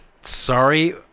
Sorry